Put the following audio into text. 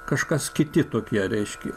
kažkas kiti tokie reiškia